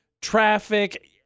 traffic